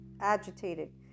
agitated